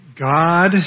God